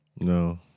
no